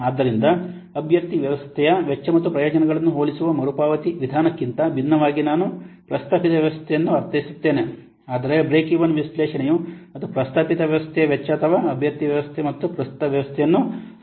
ಆದ್ದರಿಂದ ಅಭ್ಯರ್ಥಿ ವ್ಯವಸ್ಥೆಯ ವೆಚ್ಚ ಮತ್ತು ಪ್ರಯೋಜನಗಳನ್ನು ಹೋಲಿಸುವ ಮರುಪಾವತಿ ವಿಧಾನಕ್ಕಿಂತ ಭಿನ್ನವಾಗಿ ನಾನು ಪ್ರಸ್ತಾಪಿತ ವ್ಯವಸ್ಥೆಯನ್ನು ಅರ್ಥೈಸುತ್ತೇನೆ ಆದರೆ ಬ್ರೇಕ್ ಈವನ್ ವಿಶ್ಲೇಷಣೆಯು ಅದು ಪ್ರಸ್ತಾಪಿತ ವ್ಯವಸ್ಥೆಯ ವೆಚ್ಚ ಅಥವಾ ಅಭ್ಯರ್ಥಿ ವ್ಯವಸ್ಥೆ ಮತ್ತು ಪ್ರಸ್ತುತ ವ್ಯವಸ್ಥೆಯನ್ನು ಹೋಲಿಸುತ್ತದೆ